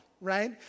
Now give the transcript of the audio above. right